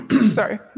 sorry